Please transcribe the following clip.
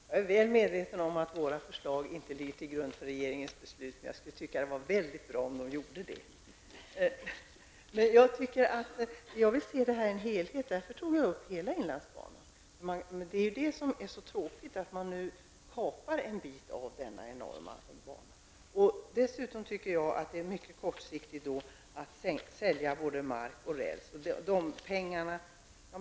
Herr talman! Jag är väl medveten om att våra förslag inte ligger till grund för regeringens beslut, även om jag skulle tycka att det vore väldigt bra om de gjorde det. Jag vill se detta som en helhet. Därför tog jag också upp hela inlandsbanan i min fråga. Det som är så tråkigt är just att man kapar denna enorma bana. Dessutom tycker jag att det är mycket kortsiktigt att sälja både mark och räls.